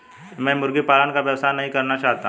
मैं मुर्गी पालन का व्यवसाय नहीं करना चाहता हूँ